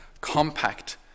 compact